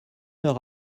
heure